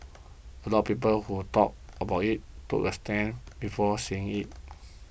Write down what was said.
a lot people who talked about it took the stand before seeing it